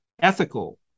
ethical